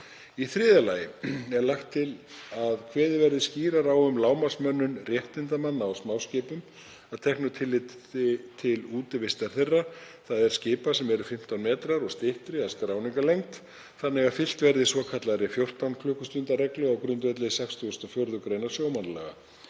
Í þriðja lagi er lagt til að kveðið verði skýrar á um lágmarksmönnun réttindamanna á smáskipum að teknu tilliti til útivistar þeirra, þ.e. skipa sem eru 15 metrar og styttri að skráningarlengd, þannig að fylgt verði svokallaðri 14 klukkustunda reglu á grundvelli 64. gr. sjómannalaga.